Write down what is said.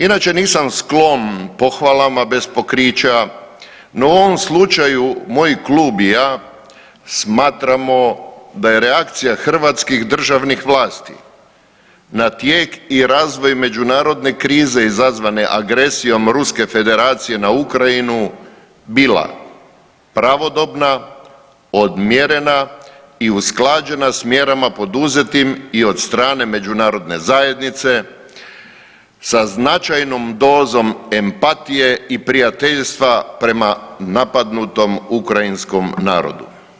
Inače nisam sklon pohvalama bez pokrića, no u ovom slučaju moj klub i ja smatramo da je reakcija hrvatskih državnih vlasti na tijek i razvoj međunarodne krize izazvane agresijom Ruske Federacije na Ukrajinu bila pravodobna, odmjerena i usklađena s mjerama poduzetim i od strane međunarodne zajednice sa značajnom dozom empatije i prijateljstva prema napadnutom ukrajinskom narodu.